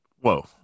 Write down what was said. Whoa